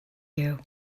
you